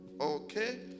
Okay